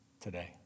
today